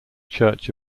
church